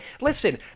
listen